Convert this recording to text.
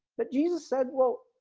but jesus said, well,